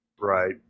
Right